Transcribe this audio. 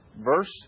verse